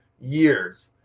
years